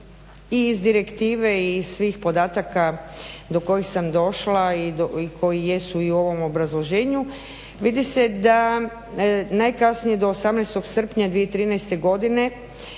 i iz direktive i iz svih podataka do kojih sam došla i koji jesu i u ovom obrazloženju vidi se da najkasnije do 18. srpnja 2013. godine